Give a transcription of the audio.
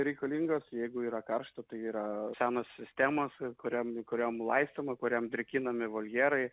reikalingos jeigu yra karšta tai yra senos sistemos kuriam kuriom laistoma kuriom drėkinami voljerai